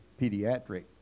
pediatric